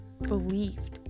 believed